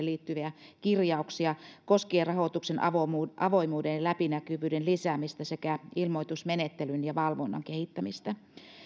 liittyviä kirjauksia koskien rahoituksen avoimuuden ja läpinäkyvyyden lisäämistä sekä ilmoitusmenettelyn ja valvonnan kehittämistä